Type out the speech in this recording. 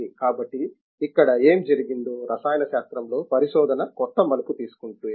కాబట్టి ఇక్కడ ఏమి జరిగిందో రసాయన శాస్త్రంలో పరిశోధన కొత్త మలుపు తీసుకుంటే